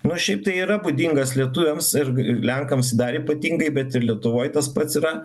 nu šiaip tai yra būdingas lietuviams ir ir lenkams dar ypatingai bet ir lietuvoj tas pats yra